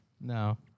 No